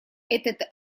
этот